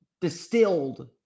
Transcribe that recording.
distilled